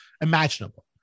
imaginable